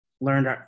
learned